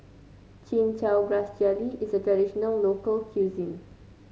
Chin Chow Grass Jelly is a traditional local cuisine